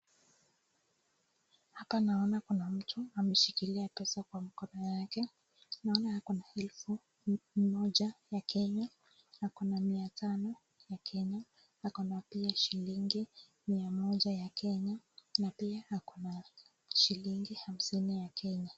Hapa naona kuna mtu ameshikilia pesa kwa mkono yake. Naona ako na elfu moja ya Kenya, na ako na mia tano ya Kenya, na ako na pia shilingi mia moja ya Kenya, na pia ako na shilingi hamsini ya Kenya.